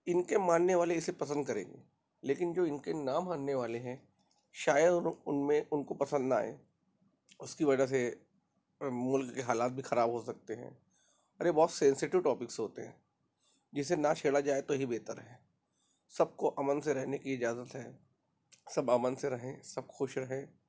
ان کے ماننے والے اسے پسند کریں گے لیکن جو ان کے نا ماننے والے ہیں شاید ان میں ان کو پسند نہ آئے اس کی وجہ سے ملک کے حالات بھی خراب ہو سکتے ہیں اور یہ بہت سینسیٹیو ٹاپکس ہوتے ہیں جسے نہ چھیڑا جائے تو ہی بہتر ہے سب کو امن سے رہنے کی اجازت ہے سب امن سے رہیں سب خوش رہیں